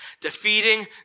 defeating